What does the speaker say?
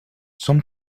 some